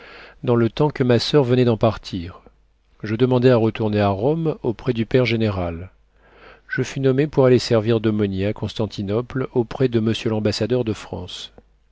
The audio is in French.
dans le temps que ma soeur venait d'en partir je demandai à retourner à rome auprès du père général je fus nommé pour aller servir d'aumônier à constantinople auprès de monsieur l'ambassadeur de france